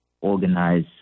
organize